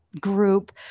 group